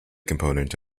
component